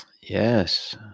Yes